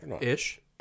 Ish